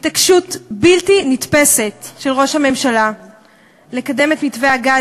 התעקשות בלתי נתפסת של ראש הממשלה לקדם את מתווה הגז